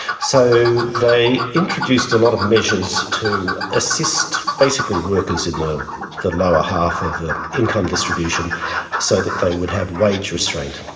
so they introduced a lot of measures to assist basically workers in the the lower half of the income distribution so that they would have wage restraint.